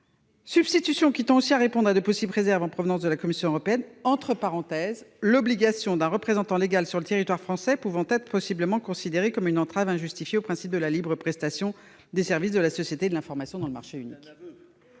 substitution qui tend aussi à répondre à de possibles réserves en provenance de la Commission européenne, l'obligation d'un représentant légal sur le territoire français pouvant être possiblement considérée comme une entrave injustifiée au principe de la libre prestation des services de la société de l'information dans le marché unique.